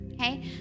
Okay